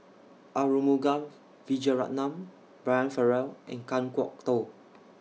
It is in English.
Arumugam Vijiaratnam Brian Farrell and Kan Kwok Toh